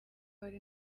hari